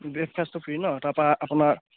ব্ৰেকফাষ্টটো free নহ্ তাৰপৰা আপোনাৰ